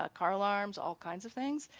ah car alarms, all kinds of things,